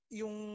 yung